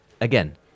again